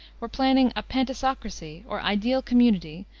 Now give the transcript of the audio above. were planning a pantisocracy, or ideal community,